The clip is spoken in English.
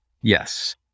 Yes